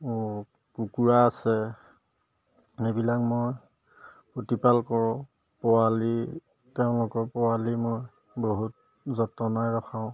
কুকুৰা আছে এইবিলাক মই প্ৰতিপাল কৰোঁ পোৱালি তেওঁলোকৰ পোৱালি মই বহুত যতনাই ৰখাওঁ